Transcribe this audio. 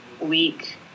week